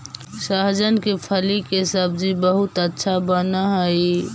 सहजन के फली के सब्जी बहुत अच्छा बनऽ हई